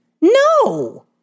No